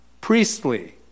priestly